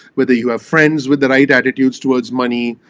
whether you have friends with the right attitudes towards money.